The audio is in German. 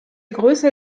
größer